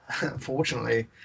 unfortunately